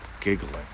giggling